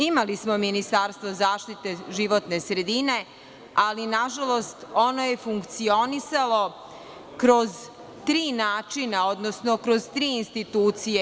Imali smo Ministarstvo zaštite životne sredine, ali na žalost, ono je funkcionisalo kroz tri načina, odnosno kroz tri institucije.